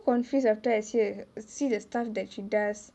confused after I see her see the stuff that she does